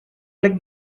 click